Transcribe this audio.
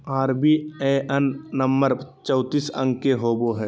IBAN number चौतीस अंक के होवो हय